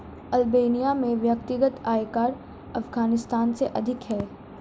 Albania में व्यक्तिगत आयकर अफ़ग़ानिस्तान से अधिक है